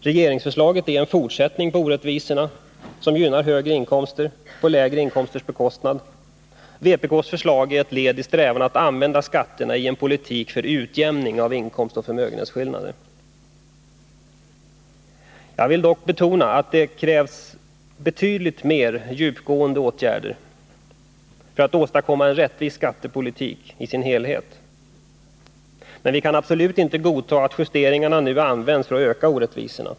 Regeringsförslaget är en fortsättning på orättvisorna, som gynnar högre inkomster på lägre inkomsters bekostnad. Vpk:s förslag är ett led i strävandena att använda skatterna i en politik för utjämning av inkomstoch förmögenhetsskillnader. Jag vill dock betona att det krävs betydligt mer djupgående åtgärder för att åstadkomma att skattepolitiken i sin helhet blir rättvis. Men vi kan absolut inte godta att justeringarna nu används för att öka orättvisorna.